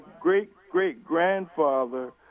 great-great-grandfather